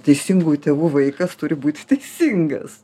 teisingųjų tėvų vaikas turi būt teisingas